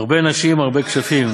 מרבה נשים, מרבה כשפים.